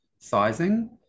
sizing